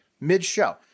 mid-show